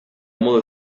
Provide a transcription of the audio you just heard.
modu